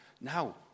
Now